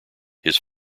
his